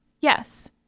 Yes